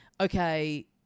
Okay